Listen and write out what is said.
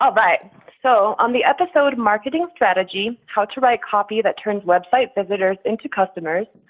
all right. so, on the episode marketing strategy how to write copy that turns website visitors into customers,